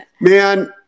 man